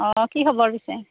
অঁ কি খবৰ পিছে